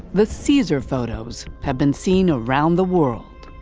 the caesar photos have been seen around the world.